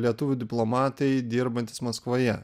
lietuvių diplomatai dirbantys maskvoje